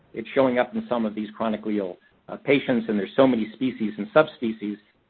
it's showing up in some of these chronically ill patients, and there's so many species and subspecies,